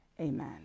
Amen